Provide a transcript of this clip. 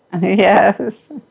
Yes